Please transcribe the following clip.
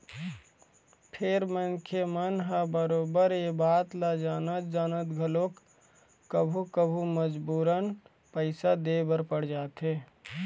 फेर मनखे मन ह बरोबर ये बात ल जानत जानत घलोक कभू कभू मजबूरन पइसा दे बर पड़ जाथे